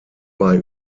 bei